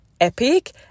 epic